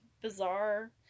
bizarre